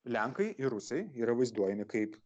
lenkai ir rusai yra vaizduojami kaip